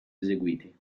eseguiti